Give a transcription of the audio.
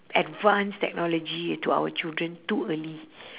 advanced technology to our children too early